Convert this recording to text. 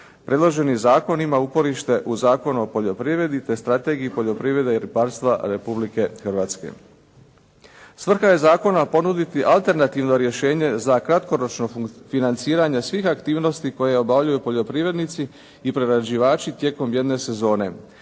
Predloženi zakon ima uporište u Zakonu o poljoprivredi te Strategiji poljoprivrede i ribarstva Republike Hrvatske. Svrha je zakona ponuditi alternativno rješenje za kratkoročno financiranje svih aktivnosti koje obavljaju poljoprivrednici i prerađivači tijekom jedne sezone